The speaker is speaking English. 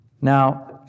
now